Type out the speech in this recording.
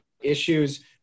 issues